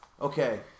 okay